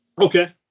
Okay